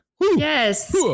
Yes